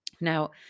Now